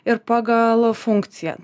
ir pagal funkciją